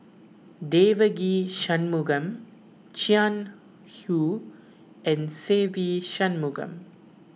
Devagi Sanmugam Jiang Hu and Se Ve Shanmugam